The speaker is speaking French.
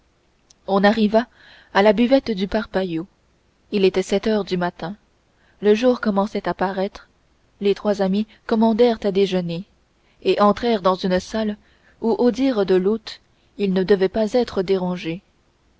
on arriva à la buvette du parpaillot il était sept heures du matin le jour commençait à paraître les trois amis commandèrent à déjeuner et entrèrent dans une salle où au dire de l'hôte ils ne devaient pas être dérangés